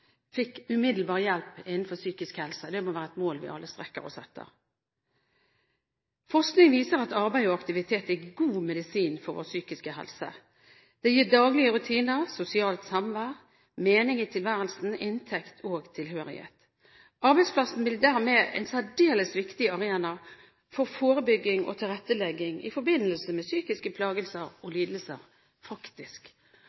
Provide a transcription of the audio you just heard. fikk umiddelbar hjelp innenfor psykisk helse. Det må være et mål vi alle strekker oss etter. Forskning viser at arbeid og aktivitet er god medisin for vår psykiske helse. Det gir daglige rutiner, sosialt samvær, mening i tilværelsen, inntekt og tilhørighet. Arbeidsplassen blir dermed en særdeles viktig arena for forebygging og tilrettelegging i forbindelse med psykiske plager og